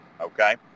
Okay